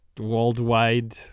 Worldwide